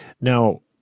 Now